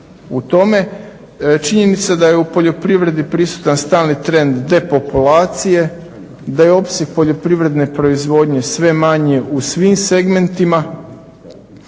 u tome. Činjenica je da je u poljoprivredi prisutan stalni trend depopulacije, da je opseg poljoprivredne proizvodnje sve manje u svim segmentima.